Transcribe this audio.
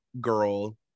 girl-